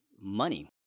money